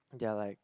they are like